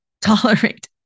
tolerate